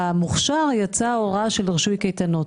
במוכשר יצאה הוראה של רישוי קייטנות,